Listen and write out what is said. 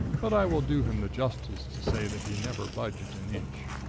but i will do him the justice to say that he never budged an inch.